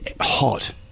Hot